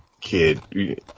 kid